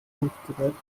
funkgerät